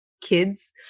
kids